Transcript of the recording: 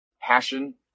passion